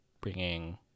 bringing